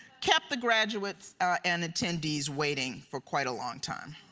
kept the graduates and attendees waiting for quite a long time.